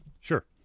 Sure